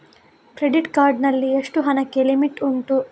Credit card ನಲ್ಲಿ ಎಷ್ಟು ಹಣಕ್ಕೆ ಲಿಮಿಟ್ ಉಂಟು?